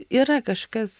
yra kažkas